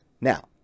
now